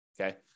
okay